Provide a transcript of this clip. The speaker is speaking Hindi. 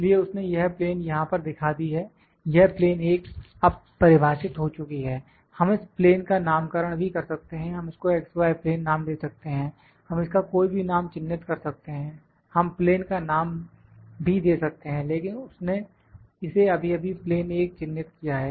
इसलिए उसने यह प्लेन यहां पर दिखा दी है यह प्लेन 1 अब परिभाषित हो चुकी है हम इस प्लेन का नामकरण भी कर सकते हैं हम इसको x y प्लेन नाम दे सकते हैं हम इसका कोई भी नाम चिन्हित कर सकते हैं हम प्लेन का नाम भी दे सकते हैं लेकिन उसने इसे अभी अभी प्लेन 1 चिन्हित किया है